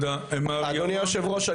אדוני היושב ראש,